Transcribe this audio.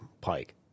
pike